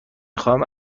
خواهم